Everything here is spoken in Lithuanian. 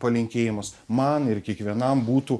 palinkėjimas man ir kiekvienam būtų